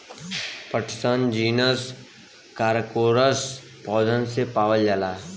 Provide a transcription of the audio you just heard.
पटसन genus Corchorus पौधन से पावल जाला